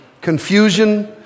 confusion